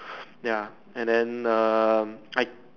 ya and then um I